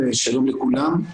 ושלום לכולם.